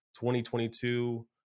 2022